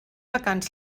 vacants